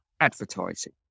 advertising